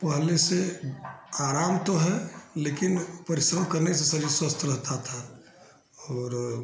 पहले से आराम तो है लेकिन परिश्रम करने से शरीर स्वस्थ रहता था और